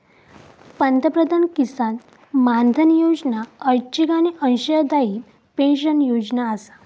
पंतप्रधान किसान मानधन योजना ऐच्छिक आणि अंशदायी पेन्शन योजना आसा